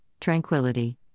tranquility